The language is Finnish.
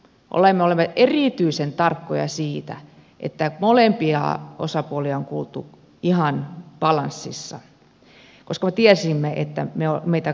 olemme olleet erityisen tarkkoja siitä että molempia osapuolia on kuultu ihan balanssissa koska me tiesimme että meitä katsotaan